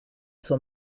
sont